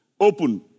open